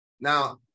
now